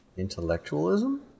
Intellectualism